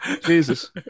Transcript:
Jesus